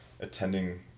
attending